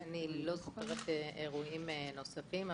אני לא זוכרת אירועים נוספים,